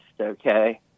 okay